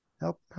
help